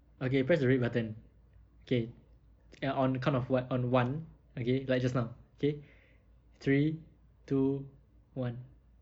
okay press the red button okay ya on the count of one on one okay like just now okay three two one